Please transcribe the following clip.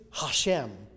Hashem